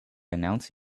announce